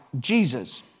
Jesus